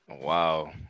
Wow